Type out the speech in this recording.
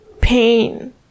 pain